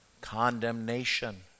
Condemnation